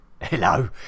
Hello